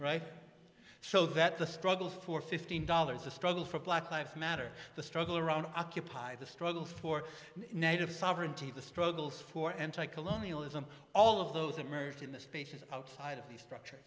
right so that the struggle for fifteen dollars a struggle for black lives matter the struggle around occupy the struggle for native sovereignty the struggles for anti colonialism all of those emerged in the spaces outside of the structure